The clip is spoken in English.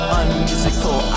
unmusical